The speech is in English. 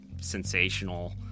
sensational